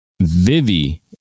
Vivi